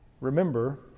Remember